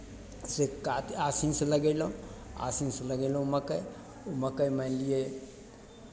से का आसिनसँ लगयलहुँ आसिनसँ लगयलहुँ मक्कइ मक्कइ मानि लियै